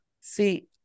see